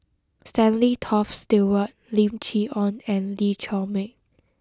Stanley Toft Stewart Lim Chee Onn and Lee Chiaw Meng